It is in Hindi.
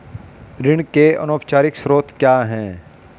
ऋण के अनौपचारिक स्रोत क्या हैं?